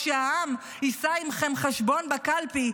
כשהעם יבוא עימכם חשבון בקלפי,